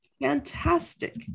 fantastic